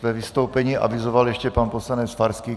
Své vystoupení avizoval ještě pan poslanec Farský.